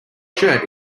shirt